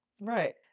Right